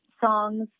songs